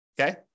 Okay